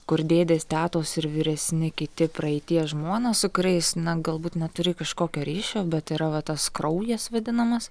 kur dėdės tetos ir vyresni kiti praeities žmonės su kuriais na galbūt neturi kažkokio ryšio bet yra va tas kraujas vadinamas